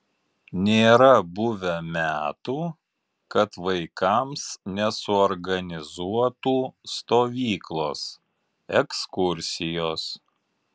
nėra buvę metų kad vaikams nesuorganizuotų stovyklos ekskursijos